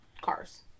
cars